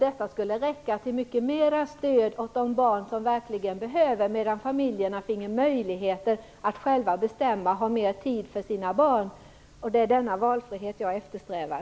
Detta skulle räcka till mycket mera stöd åt de barn som verkligen behöver, medan familjerna finge möjlighet att själva bestämma och ha mera tid för sina barn. Det är denna valfrihet jag eftersträvar.